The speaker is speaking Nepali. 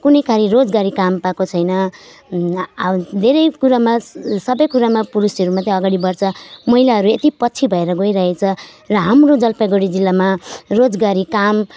कुनै कार्य रोजगारी काम पाएको छैन आ धेरै कुरामा स् सबै कुरामा पुरुषहरू मात्रै अगाडि बढ्छ महिलाहरू यत्ति पछि भएर गइरहेको छ र हाम्रो जलपाइगुडी जिल्लामा रोजगारी काम